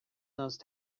those